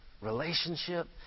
relationship